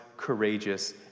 courageous